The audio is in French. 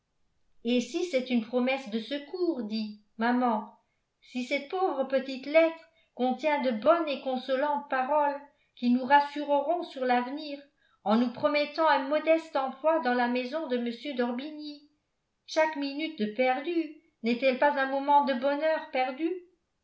et si c'est une promesse de secours dis maman si cette pauvre petite lettre contient de bonnes et consolantes paroles qui nous rassureront sur l'avenir en nous promettant un modeste emploi dans la maison de m d'orbigny chaque minute de perdue n'est-elle pas un moment de bonheur perdu